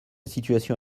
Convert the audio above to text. situation